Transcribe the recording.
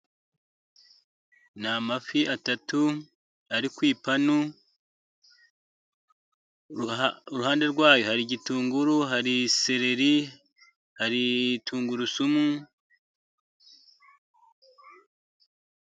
Ni amafi atatu ari ku ipanu. Iruhande rwayo hari igitunguru ,hari seleri ,hari tungurusumu,...